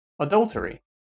adultery